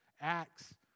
Acts